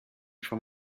from